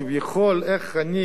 איך אני כאבא,